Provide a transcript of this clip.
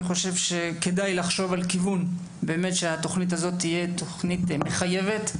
אני חושב שכדאי לחשוב על כיוון שהתוכנית הזאת תהיה תוכנית מחייבת.